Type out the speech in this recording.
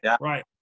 right